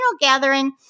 gathering